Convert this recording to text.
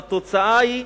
והתוצאה היא: